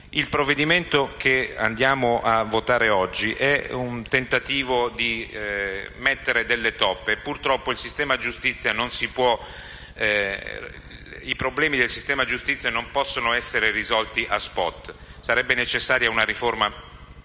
il provvedimento che ci apprestiamo a votare è un tentativo di mettere delle toppe. Purtroppo, i problemi del sistema giustizia non possono essere risolti a *spot*, in quanto sarebbe necessaria una riforma